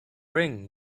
bring